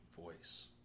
voice